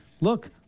look